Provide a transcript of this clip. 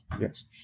Yes